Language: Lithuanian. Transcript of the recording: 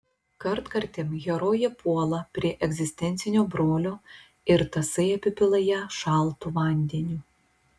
kartkartėm herojė puola prie egzistencinio brolio ir tasai apipila ją šaltu vandeniu